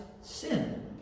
sin